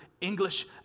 English